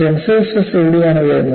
tensile stress എവിടെയാണ് വരുന്നത്